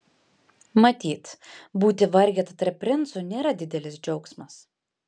matyt būti vargeta tarp princų nėra didelis džiaugsmas